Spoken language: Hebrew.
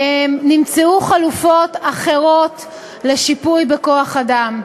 נמצאו חלופות אחרות לשיפוי בכוח-אדם.